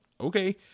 okay